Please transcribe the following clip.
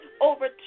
over